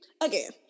again